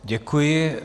Děkuji.